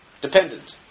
dependent